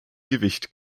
gewicht